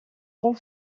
round